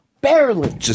Barely